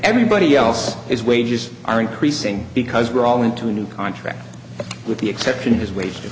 everybody else is wages are increasing because we're all into a new contract with the exception of his wage